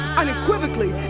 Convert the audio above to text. unequivocally